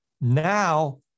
Now